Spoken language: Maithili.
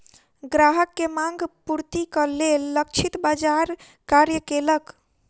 ग्राहक के मांग पूर्तिक लेल लक्षित बाजार कार्य केलक